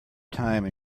time